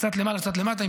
קצת למעלה וקצת למטה,